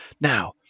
Now